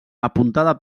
apuntada